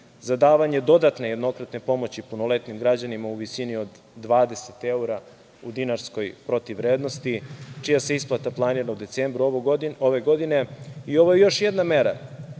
za davanje dodatne jednokratne pomoći punoletnim građanima u visini od 20 evra u dinarskoj protivvrednosti, čija se isplata planira u decembru ove godine. Ovo je još jedna mera